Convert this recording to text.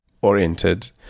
oriented